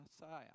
Messiah